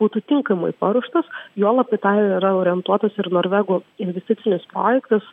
būtų tinkamai paruoštas juolab į tą yra orientuotas ir norvegų investicinis projektas